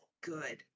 good